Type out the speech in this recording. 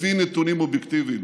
לפי נתונים אובייקטיביים,